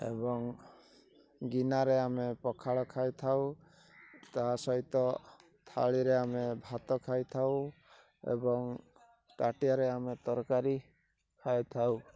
ଏବଂ ଗିନାରେ ଆମେ ପଖାଳ ଖାଇଥାଉ ତା' ସହିତ ଥାଳିରେ ଆମେ ଭାତ ଖାଇଥାଉ ଏବଂ କାଟିଆରେ ଆମେ ତରକାରୀ ଖାଇଥାଉ